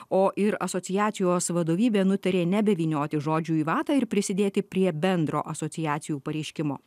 o ir asociacijos vadovybė nutarė nebe vynioti žodžių į vatą ir prisidėti prie bendro asociacijų pareiškimo